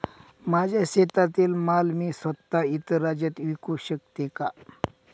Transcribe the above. माझ्या शेतातील माल मी स्वत: इतर राज्यात विकू शकते का?